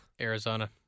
Arizona